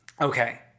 Okay